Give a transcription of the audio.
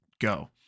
Go